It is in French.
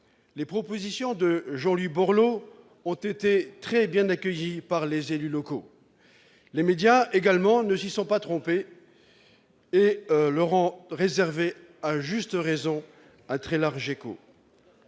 Les propositions de Jean-Louis Borloo ont été très bien accueillies par les élus locaux. Les médias, également, ne s'y sont pas trompés et leur ont réservé, à juste raison, un très large écho.